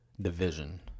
division